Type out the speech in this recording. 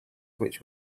which